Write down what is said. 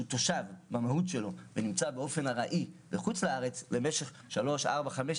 תושב במהות שלו ונמצא באופן ארעי בחו"ל למשך 5-4-3 שנים,